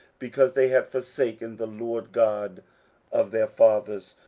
because they had forsaken the lord god of their fathers.